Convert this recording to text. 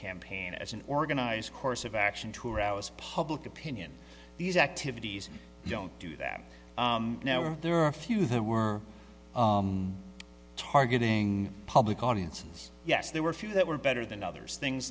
campaign as an organized course of action to arouse public opinion these activities don't do that now when there are a few that were targeting public audiences yes there were a few that were better than others things